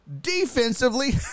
defensively